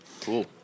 Cool